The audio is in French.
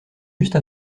juste